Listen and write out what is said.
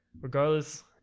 Regardless